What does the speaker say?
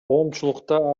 коомчулукта